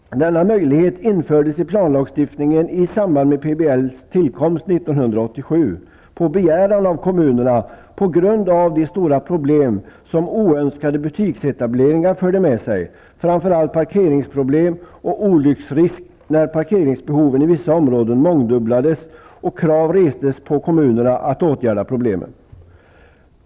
Denna möjlighet infördes i planlagstiftningen i samband med PBL:s tillkomst 1987, på begäran av kommunerna på grund av de problem som oönskade butiksetableringar förde med sig, framför allt parkeringsproblem och olycksrisk när parkeringsbehoven i vissa områden mångdubblades och krav restes på kommunerna att åtgärda problemen.